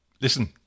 listen